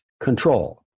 control